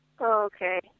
Okay